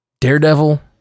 daredevil